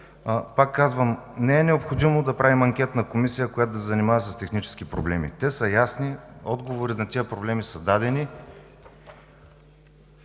Пак казвам, не е необходимо да правим анкетна комисия, която да се занимава с техническите проблеми – те са ясни, отговори на тези проблеми са дадени.